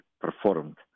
performed